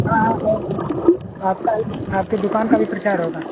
हाँ हाँ और क्या आपका ही आपके दुकान का भी प्रचार होगा